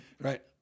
right